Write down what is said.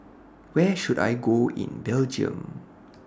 Where should I Go in Belgium